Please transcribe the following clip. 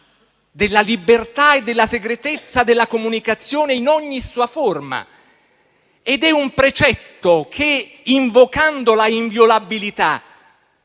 la libertà e la segretezza della comunicazione in ogni sua forma. È un precetto che, invocando la inviolabilità,